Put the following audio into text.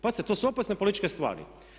Pazite to su opasne političke stvari.